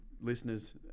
listeners